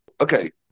Okay